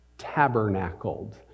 tabernacled